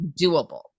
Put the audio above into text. doable